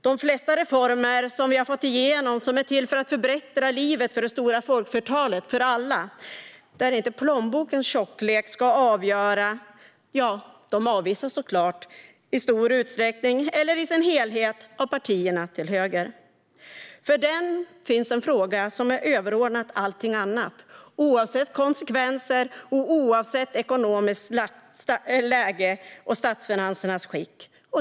De flesta reformer som vi har fått igenom är till för att förbättra livet för det stora folkflertalet, för alla, så att inte plånbokens tjocklek ska avgöra. Förslagen avvisas såklart i stor utsträckning eller i sin helhet av partierna till höger. För dem finns en fråga som är överordnad allt annat, oavsett konsekvenser och oavsett ekonomiskt läge och statsfinansernas skick.